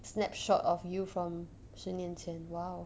snapshot of you from 十年前 !wow!